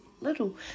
little